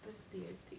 thursday I think